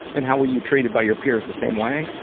and how were you treated by your peers, the same way?